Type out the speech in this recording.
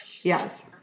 Yes